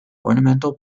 ornamental